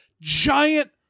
giant